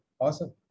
Awesome